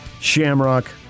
Shamrock